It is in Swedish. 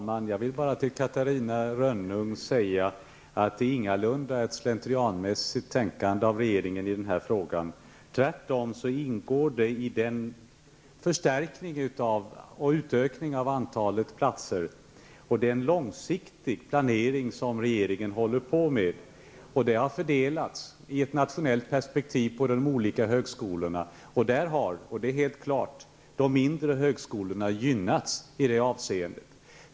Fru talman! Låt mig säga till Catarina Rönnung att regeringen ingalunda har ägnat sig åt slentrianmässigt tänkande i denna fråga. Tvärtom är det fråga om en förstärkning och en utökning av antalet platser. Det är en långsiktig planering som regeringen håller på med. Medlen har fördelats i ett nationellt perspektiv på de olika högskolorna. Det står helt klart att de mindre högskolorna har gynnats i detta avseende.